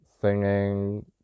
singing